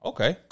Okay